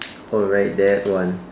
oh right that one